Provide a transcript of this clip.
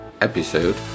episode